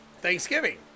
Thanksgiving